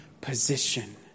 position